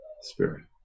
spirit